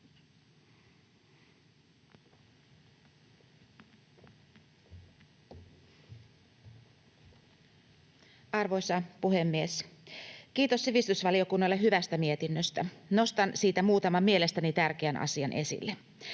Arvoisa puhemies! Kiitos sivistysvaliokunnalle hyvästä mietinnöstä. Nostan siitä muutaman mielestäni tärkeän asian esille.